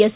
S